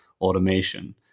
automation